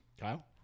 Kyle